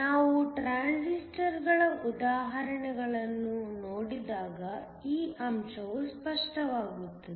ನಾವು ಟ್ರಾನ್ಸಿಸ್ಟರ್ ಗಳ ಉದಾಹರಣೆಗಳನ್ನು ನೋಡಿದಾಗ ಈ ಅಂಶವು ಸ್ಪಷ್ಟವಾಗುತ್ತದೆ